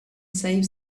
save